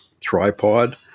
tripod